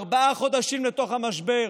ארבעה חודשים לתוך המשבר